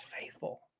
faithful